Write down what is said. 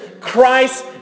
Christ